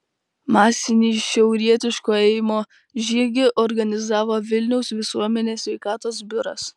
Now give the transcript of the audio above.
masinį šiaurietiško ėjimo žygį organizavo vilniaus visuomenės sveikatos biuras